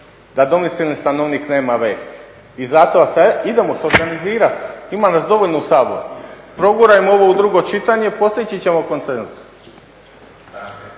da domicilni stanovnik nema vez. I zato idemo se organizirati, ima nas dovoljno u Saboru. Progurajmo ovo u drugo čitanje, postići ćemo konsenzus.